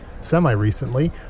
semi-recently